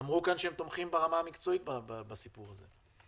הלאומי אמרו כאן שהם תומכים ברמה המקצועית בסיפור הזה.